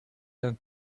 d’un